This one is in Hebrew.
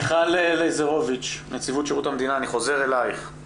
מיכל לזרוביץ' אני חוזר אלייך.